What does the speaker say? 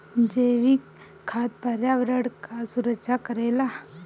जैविक खाद पर्यावरण कअ सुरक्षा करेला